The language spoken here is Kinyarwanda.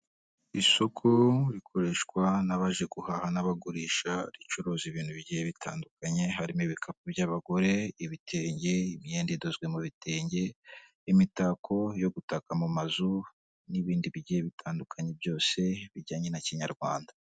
Isoku rikoreshwa n'abaje guhahana n'abagurisha ricuruza ibintu bigiye bitandukanye, harimo ibikapu by'abagore ibitenge, imyenda idozwe mu bitenge, imitako yo gutaka mu mazu n'ibindi bigiye bitandukanye, byose bijyanye na Kinyarwanda.